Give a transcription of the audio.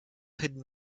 hidden